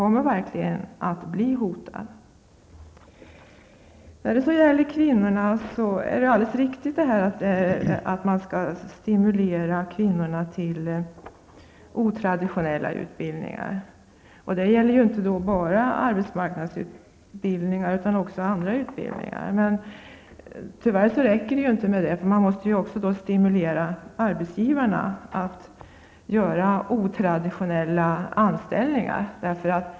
Det är alldeles riktigt att kvinnor skall stimuleras till otraditionella utbildningar. Det gäller inte bara arbetsmarknadsutbildningar utan också andra utbildningar. Tyvärr räcker det inte med detta, utan det gäller att också stimulera arbetsgivarna till otraditionella anställningar.